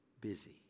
busy